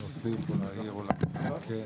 כן.